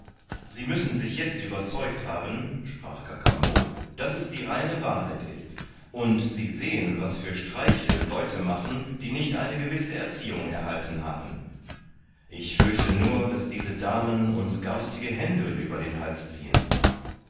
sie müssen sich jetzt überzeugt haben sprach kakambo daß es die reine wahrheit ist und sie sehen was für streiche leute machen die nicht eine gewisse erziehung erhalten haben ich fürchte nur daß diese damen uns garstige händel über den hals ziehen